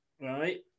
right